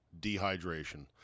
dehydration